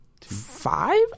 five